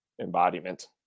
embodiment